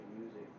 music